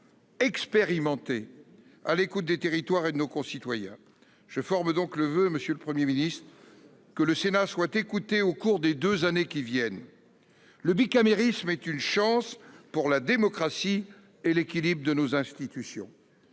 expérimentés, à l'écoute des territoires et de nos concitoyens. Je forme donc le voeu, monsieur le Premier ministre, que le Sénat soit écouté au cours des deux années qui viennent. Le bicamérisme est une chance pour la démocratie et l'équilibre de nos institutions.